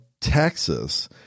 Texas